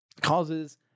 causes